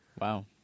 Wow